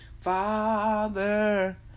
Father